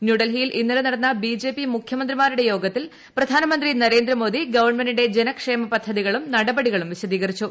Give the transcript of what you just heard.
ന്യൂഡൽഹിയിൽ ഇന്നലെ നടന്ന ബിജെപി മുഖ്യമന്ത്രിമാരുടെ യോഗത്തിൽ പ്രധാനമന്ത്രി നരേന്ദ്രമോദി ഗവൺമെന്റിന്റെ ജനക്ഷേമൃപിദ്ധതികളും നടപടികളും വിശദീകരിച്ചു